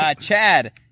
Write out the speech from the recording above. Chad